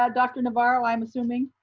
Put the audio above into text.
um dr. navarro, i'm assuming.